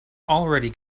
already